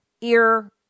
ear